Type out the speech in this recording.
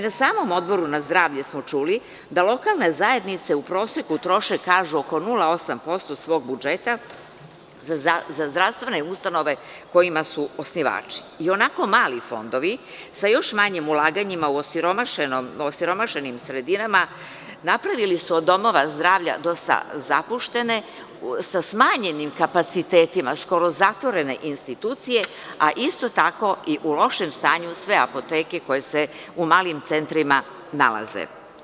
Na samom Odboru za zdravlje smo čuli da, lokalne zajednice u proseku troše kažu oko 0,8% svog budžeta za zdravstvene ustanove kojima su osnivači i onako mali fondovi, sa još manjim ulaganjima u osiromašenim sredinama napravili su od domova zdravlja dosta zapuštene, sa smanjenim kapacitetima, skoro zatvorene institucije, a isto tako i u lošem stanju sve apoteke, koje se u malim centrima nalaze.